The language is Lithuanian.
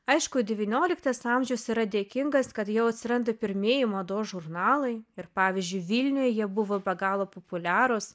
aišku devynioliktas amžius yra dėkingas kad jau atsiranda pirmieji mados žurnalai ir pavyzdžiui vilniuje jie buvo be galo populiarūs